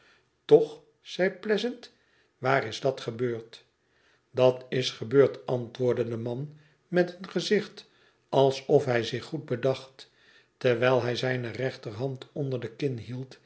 itoch zei pleasant i waar is dat gebeurd dat is gebeurd antwoordde de man met een gezicht alsof hij zich goed bedacht terwijl hij zijne rechterhaiid onder de kin